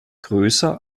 größer